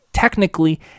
Technically